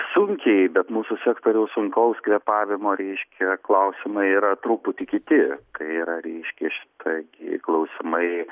sunkiai bet mūsų sektoriaus sunkaus kvėpavimo reiškia klausimai yra truputį kiti kai yra reiškia šita gi klausimai